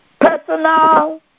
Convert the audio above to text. Personal